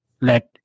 Let